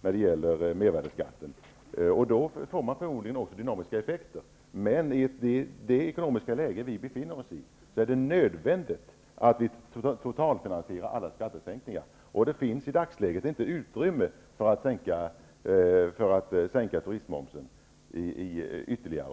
när det gäller mervärdesskatten i omvärlden. Då blir det förmodligen också dynamiska effekter. Men i det ekonomiska läge vi befinner oss i är det nödvändigt att alla skattesänkningar totalfinansieras. Det finns i dagsläget inte utrymme för att sänka turistmomsen ytterligare.